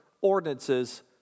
ordinances